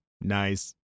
Nice